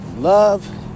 Love